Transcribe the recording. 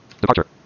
Departure